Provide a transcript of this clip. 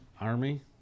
Army